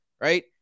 right